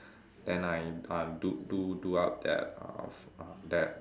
and I I do do do up that of that